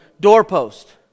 doorpost